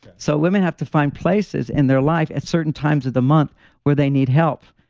so, women have to find places in their life at certain times of the month where they need help.